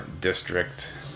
district